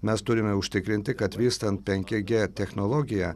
mes turime užtikrinti kad vystant penki g technologiją